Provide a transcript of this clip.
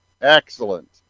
Excellent